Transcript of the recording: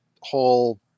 whole